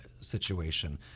situation